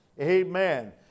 Amen